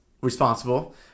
responsible